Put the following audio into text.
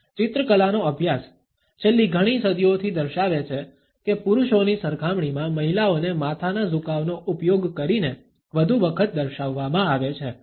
ચિત્રકલાનો અભ્યાસ છેલ્લી ઘણી સદીઓથી દર્શાવે છે કે પુરુષોની સરખામણીમાં મહિલાઓને માથાના ઝુકાવનો ઉપયોગ કરીને વધુ વખત દર્શાવવામાં આવે છે